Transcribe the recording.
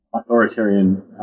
authoritarian